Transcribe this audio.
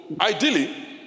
ideally